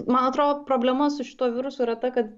man atrodo problema su šituo virusu yra ta kad